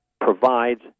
provides